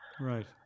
Right